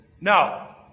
No